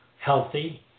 healthy